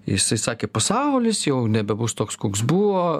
jisai sakė pasaulis jau nebebus toks koks buvo